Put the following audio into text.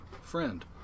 friend